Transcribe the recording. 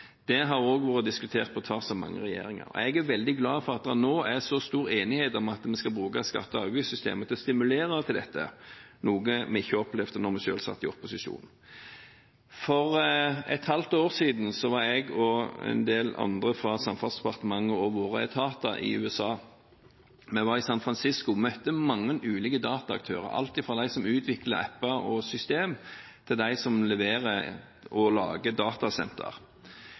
Det har også vært diskutert på tvers av mange regjeringer. Jeg er veldig glad for at det nå er så stor enighet om at vi skal bruke skatte- og avgiftssystemet til å stimulere til dette, noe vi ikke opplevde da vi selv satt i opposisjon. For et halvt år siden var jeg og en del andre fra Samferdselsdepartementet og våre etater i USA. Vi var i San Francisco og møtte mange ulike dataaktører, alt fra de som utvikler app-er og systemer, til de som leverer og lager datasenter.